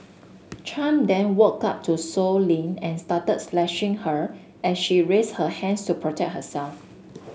Chan then walked up to Sow Lin and started slashing her as she raised her hands to protect herself